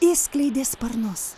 išskleidė sparnus